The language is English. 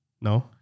No